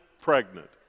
pregnant